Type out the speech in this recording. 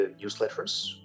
newsletters